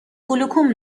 گلوکوم